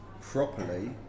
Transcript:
properly